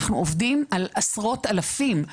אנחנו עובדים על עשרות אלפים.